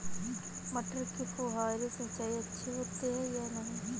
मटर में फुहरी सिंचाई अच्छी होती है या नहीं?